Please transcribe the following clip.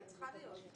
אולי צריכה להיות.